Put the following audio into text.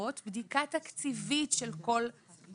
שכתבתם, זה מישהו שמכיר את הבן אדם.